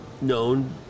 known